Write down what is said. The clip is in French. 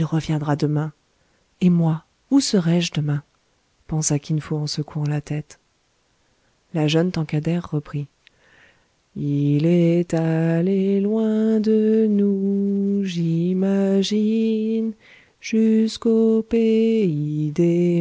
reviendra demain et moi où serais-je demain pensa kin fo en secouant la tête la jeune tankadère reprit il est allé loin de nous